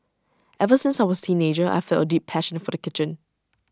ever since I was teenager I felt A deep passion for the kitchen